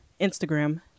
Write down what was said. Instagram